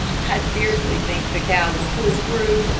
i scarcely think the cow will pull through.